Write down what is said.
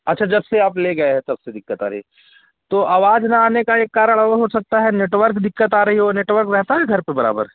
अच्छा जब से आप ले गए हैं तब से दिक़्क़त आ रही तो आवाज़ ना आने का एक कारण और हो सकता है नेटवर्क दिक़्क़त आ रही हो नेटवर्क रहता है घर पर बराबर